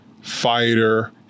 fighter